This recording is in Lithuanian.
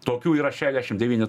tokių yra šediašim devyni